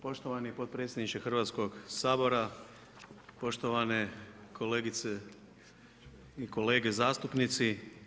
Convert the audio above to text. Poštovani potpredsjedniče Hrvatskog sabora, poštovane kolegice i kolege zastupnici.